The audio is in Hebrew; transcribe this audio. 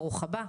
ברוך הבא.